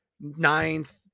ninth